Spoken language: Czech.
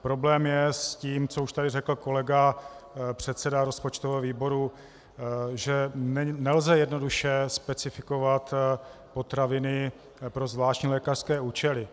Problém je s tím, co už tady řekl kolega předseda rozpočtového výboru, že nelze jednoduše specifikovat potraviny pro zvláštní lékařské účely.